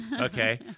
Okay